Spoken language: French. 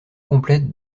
complètes